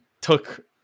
took